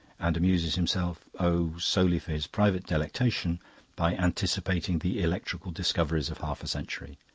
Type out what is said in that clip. and amuses himself oh, solely for his private delectation by anticipating the electrical discoveries of half a century.